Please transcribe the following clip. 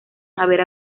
haber